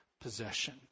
possession